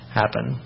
happen